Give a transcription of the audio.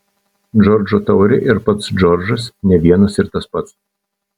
džordžo taurė ir pats džordžas ne vienas ir tas pats